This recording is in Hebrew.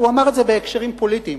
הוא אמר את זה בהקשרים פוליטיים,